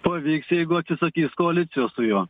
pavyks jeigu atsisakys koalicijos su juo